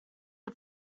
are